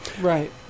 right